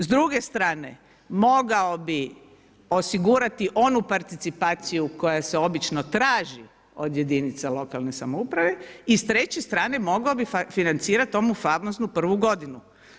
S druge strane mogao bi osigurati onu participaciju koja se obično traži od jedinica lokalne samouprave i s treće strane mogao bi financirati onu famoznu prvu godinu.